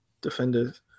defenders